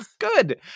Good